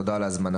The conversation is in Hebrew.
תודה על ההזמנה.